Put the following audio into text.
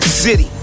City